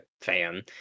fan